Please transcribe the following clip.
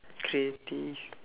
creative